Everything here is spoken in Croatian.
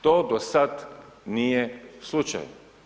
To do sada nije slučaj.